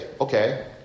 Okay